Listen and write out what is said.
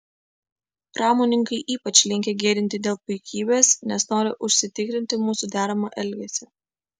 pramonininkai ypač linkę gėdinti dėl puikybės nes nori užsitikrinti mūsų deramą elgesį